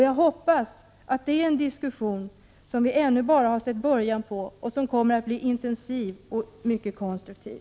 Jag hoppas att det är en diskussion som vi ännu bara sett början på och som kommer att bli intensiv och konstruktiv.